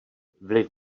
vliv